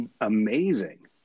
amazing